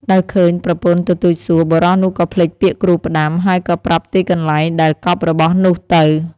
ដោយឃើញប្រពន្ធទទូចសួរ បុរសនោះក៏ភ្លេចពាក្យគ្រូផ្ដាំ ហើយក៏ប្រាប់ទីកន្លែងដែលកប់របស់នោះទៅ។